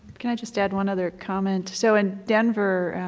can i just add one other comment? so in denver,